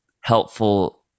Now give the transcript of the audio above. helpful